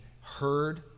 heard